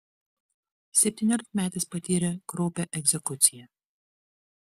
septyniolikmetis patyrė kraupią egzekuciją